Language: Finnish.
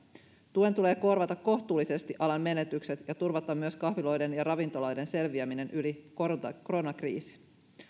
tuen tulee korvata kohtuullisesti alan menetykset ja turvata myös kahviloiden ja ravintoloiden selviäminen yli koronakriisin